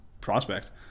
prospect